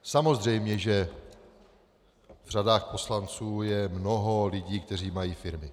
Samozřejmě že v řadách poslanců je mnoho lidí, kteří mají firmy.